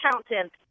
accountant